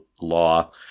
law